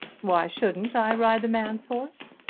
why shouldn't i ride the man's horse?